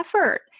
effort